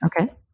Okay